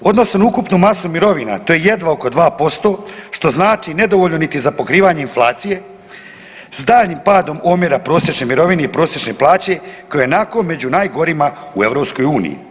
Odnos na ukupnu masu mirovina, to je jedva oko 2%, što znači nedovoljno niti za pokrivanje inflacije, stalnim padom omjera prosječne mirovine i prosječne plaće koja je ionako među najgorima u EU-u.